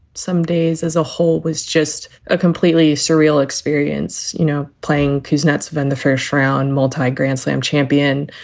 some days as a whole was just a completely surreal experience. you know, playing kuznets van, the fair shrout and multi grand slam champion.